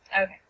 Okay